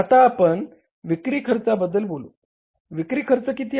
आता आपण विक्री खर्चा बद्दल बोलू विक्री खर्च किती आहे